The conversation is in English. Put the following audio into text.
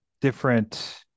different